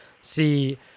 see